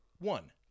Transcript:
One